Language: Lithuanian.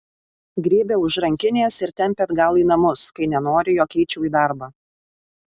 griebia už rankinės ir tempia atgal į namus kai nenori jog eičiau į darbą